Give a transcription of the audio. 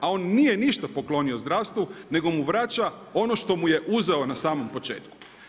A on nije ništa poklonio zdravstvu nego mu vraća ono što mu je uzeo na samom početku.